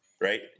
right